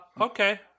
okay